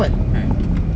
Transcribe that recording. eh